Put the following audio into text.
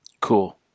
Cool